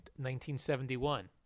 1971